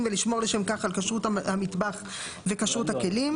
ולשמור לשם כך על כשרות המטבח וכשרות הכלים.